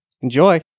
Enjoy